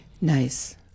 Nice